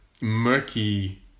murky